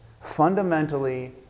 Fundamentally